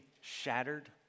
shattered